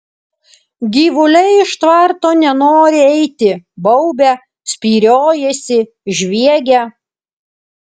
gyvuliai iš tvarto nenori eiti baubia spyriojasi žviegia